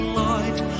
light